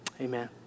Amen